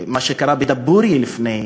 מה שקרה בדבורייה לפני